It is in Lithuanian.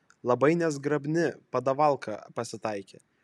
labai nezgrabni padavalka pasitaikė